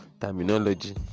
terminology